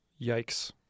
Yikes